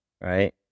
right